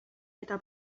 eta